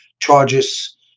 charges